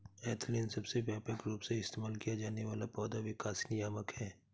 ethylene सबसे व्यापक रूप से इस्तेमाल किया जाने वाला पौधा विकास नियामक है